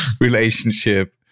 relationship